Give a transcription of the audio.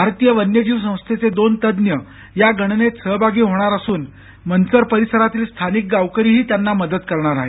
भारतीय वन्यजीव संस्थेचे दोन तज्ज्ञ या गणनेत सहभागी होणार असून मंचर परिसरातील स्थानिक गावकरीही त्यांना मदत करणार आहेत